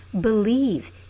believe